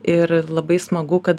ir labai smagu kad